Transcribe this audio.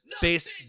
based